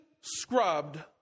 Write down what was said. scrubbed